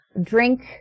drink